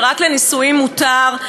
שרק לנשואים מותר,